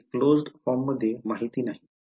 हीच आपली समस्या आहे